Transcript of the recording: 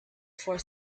for